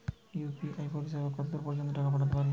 UPI পরিসেবা কতদূর পর্জন্ত টাকা পাঠাতে পারি?